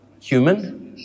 human